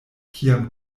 kiam